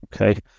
Okay